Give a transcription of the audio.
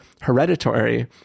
Hereditary